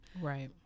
Right